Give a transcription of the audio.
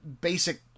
basic